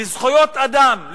לזכויות אדם,